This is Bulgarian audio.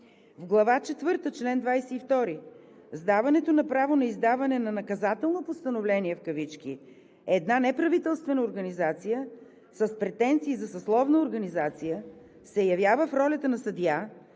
В Глава четвърта, чл. 22 с даването на право на издаване на наказателно постановление в кавички една неправителствена организация с претенции за съсловна организация се явява в ролята на съдия.